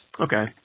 Okay